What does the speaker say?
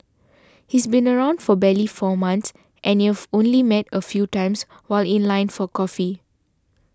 he's been around for barely four months and you've only met a few times while in line for coffee